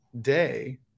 day